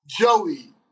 Joey